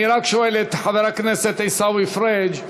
אני רק שואל את חבר הכנסת עיסאווי פריג':